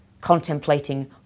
contemplating